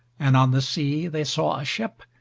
and on the sea they saw a ship,